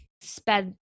sped